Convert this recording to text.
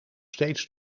steeds